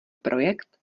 projekt